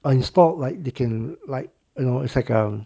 installed like they can like you know it's like um